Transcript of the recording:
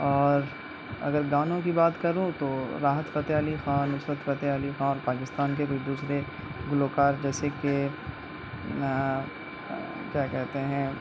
اور اگر گانوں کی بات کروں تو راحت فتح علی خان نصرت فتح علی خان پاکستان کے کچھ دوسرے گلوکار جیسے کہ کیا کہتے ہیں